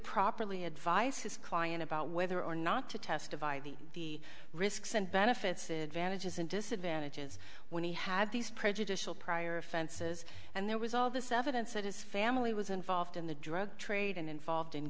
properly advice his client about whether or not to testify the risks and benefits it damages and disadvantage is when he had these prejudicial prior offenses and there was all this evidence that his family was involved in the drug trade and involved in